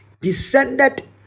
descended